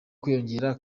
kwiyongera